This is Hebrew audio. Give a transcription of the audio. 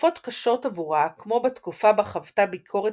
בתקופות קשות עבורה כמו בתקופה בה חוותה ביקורת